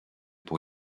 pour